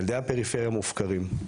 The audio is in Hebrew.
ילדי הפריפריה מופקרים,